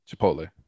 Chipotle